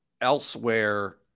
elsewhere